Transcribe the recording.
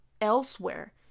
elsewhere